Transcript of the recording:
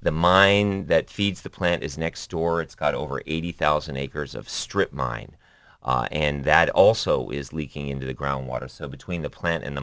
the mine that feeds the plant is next door it's got over eighty thousand acres of strip mine and that also is leaking into the groundwater so between the plant and the